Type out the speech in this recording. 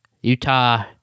Utah